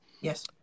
Yes